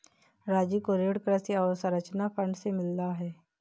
राजू को ऋण कृषि अवसंरचना फंड से मिला है